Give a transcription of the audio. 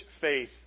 faith